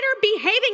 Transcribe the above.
behaving